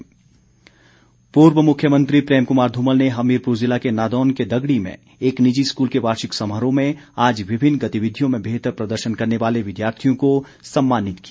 धुमल पूर्व मुख्यमंत्री प्रेम कुमार धूमल ने हमीरपुर जिला के नादौन के दंगड़ी में एक निजी स्कूल के वार्षिक समारोह में आज विभिन्न गतिविधियों में बेहतर प्रदर्शन करने वाले विद्यार्थियों को सम्मानित किया